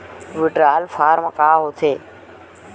withdrawal form का होथेय